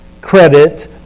credit